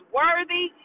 worthy